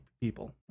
people